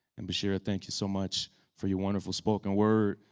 and basheera, thank you so much for your wonderful spoken word.